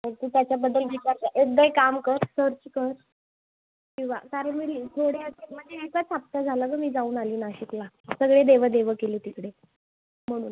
तर तू त्याच्याबद्दल विचार कर एकदा ए काम कर सर्च कर किंवा कारण एकच हफ्ता झाला गं मी जाऊन आली नाशिकला सगळे देव देव केली तिकडे म्हणून